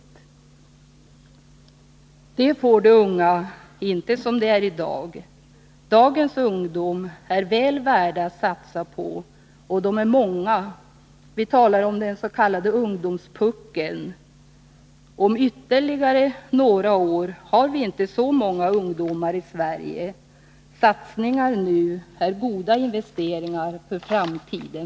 Något sådant får de unga inte, som det är i dag. Dagens ungdomar är väl värda att satsa på, och de är många —-vi talar om den s.k. ungdomspuckeln. Om ytterligare några år har vi inte så många ungdomar i Sverige. Satsningar nu är goda investeringar för framtiden.